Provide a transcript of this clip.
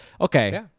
okay